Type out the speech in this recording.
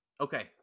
Okay